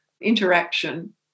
interaction